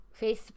Facebook